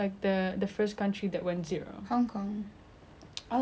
all I know is like ya taiwan taiwan that's the one ya